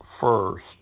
first